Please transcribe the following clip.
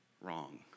wrong